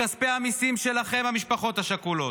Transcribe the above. מכספי המיסים שלכן, המשפחות השכולות.